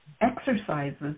exercises